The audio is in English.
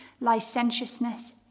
licentiousness